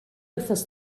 wythnos